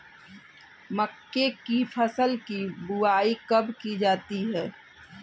मक्के की फसल की बुआई कब की जाती है?